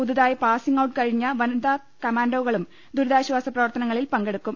പുതുതായി passing out കഴിഞ്ഞ വനിത കമാൻഡോകളും ദുരിതാശ്വാസ പ്രവർത്തനങ്ങളിൽ പങ്കെടുക്കും